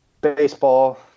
baseball